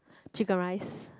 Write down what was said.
Chicken Rice